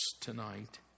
tonight